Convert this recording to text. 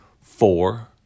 four